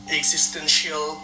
existential